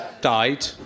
died